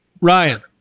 Ryan